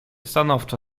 stanowczo